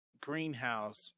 greenhouse